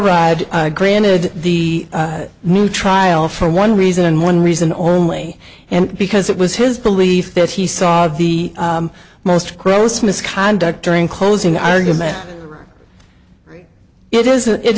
ride granted the new trial for one reason and one reason only and because it was his belief that he saw the most gross misconduct during closing argument it is